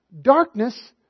Darkness